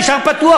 נשאר פתוח,